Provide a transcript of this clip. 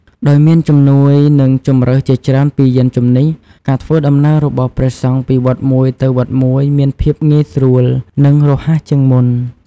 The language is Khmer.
ដោយមានជំនួយ និងជម្រើសជាច្រើនពីយានជំនិះ ការធ្វើដំណើររបស់ព្រះសង្ឃពីវត្តមួយទៅវត្តមួយ មានភាពងាយស្រួល និងរហ័សជាងមុន។